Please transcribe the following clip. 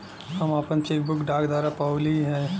हम आपन cheque book डाक द्वारा पउली है